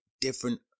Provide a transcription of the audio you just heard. different